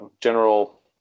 general